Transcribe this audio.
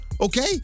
okay